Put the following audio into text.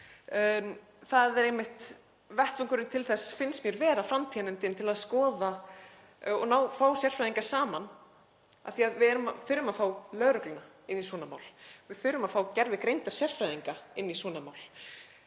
samfélag. Og vettvangurinn til þess finnst mér einmitt vera framtíðarnefndin, til að skoða og fá sérfræðinga saman, af því við þurfum að fá lögregluna inn í svona mál, við þurfum að fá gervigreindarsérfræðinga inn í svona mál